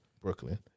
Brooklyn